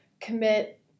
commit